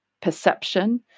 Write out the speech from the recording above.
perception